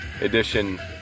edition